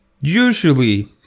Usually